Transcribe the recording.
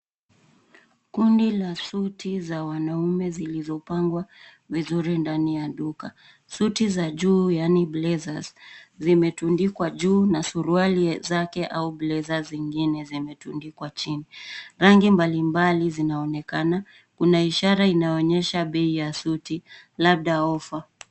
Kundi la suti za wanaume zilizopangwa vizuri ndani ya duka. Suti za juu yaani blazers , zimetundikwa juu na suruali zake, au blazer zingine zimetundikwa chini. Rangi mbalimbali zinaonekana, kuna ishara inaonyesha bei ya suti, labda offer .